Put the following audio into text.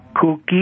cookie